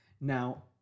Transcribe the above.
Now